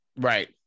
Right